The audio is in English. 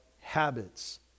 habits